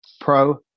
pro